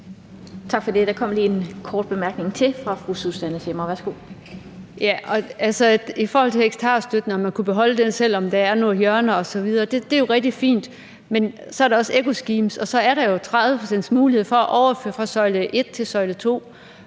Tak for det. Der kom lige en kort bemærkning til fra fru Susanne Zimmer. Værsgo. Kl. 18:40 Susanne Zimmer (UFG): Altså, i forhold til hektarstøtten og om man kunne beholde den, selv om der er nogle hjørner osv.: Det er jo rigtig fint. Men så er der også ecostreams, og så er der jo 30 pct.s mulighed for at overføre fra søjle 1 til søjle 2.